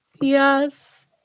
Yes